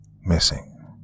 missing